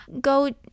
go